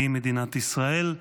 הוא מדינת ישראל,